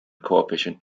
coefficient